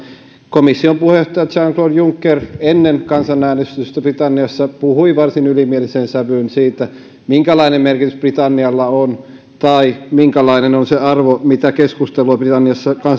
komission puheenjohtaja jean claude juncker ennen kansanäänestystä britanniassa puhui varsin ylimieliseen sävyyn siitä minkälainen merkitys britannialla on tai minkälainen arvo on sillä keskustelulla mitä britanniassa